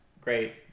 great